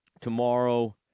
tomorrow